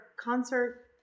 concert